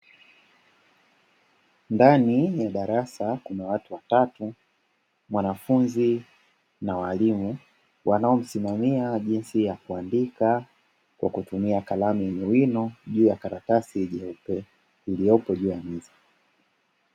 Ndani ya darasa kuna watu watatu (mwanafunzi na walimu) wanaomsimamia jinsi ya kuandika kwa kutumia kalamu yenye wino juu ya karatasi nyeupe iliyopo juu ya meza.